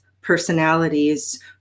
personalities